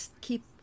keep